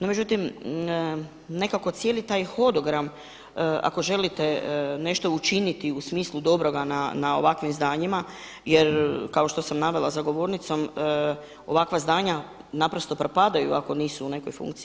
No međutim, nekako cijeli taj hodogram, ako želite nešto učiniti u smislu dobroga na ovakvim zdanjima jer kao što sam navela za govornico, ovakva zdanja naprosto propadaju ako nisu u nekoj funkciji.